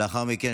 ולאחר מכן,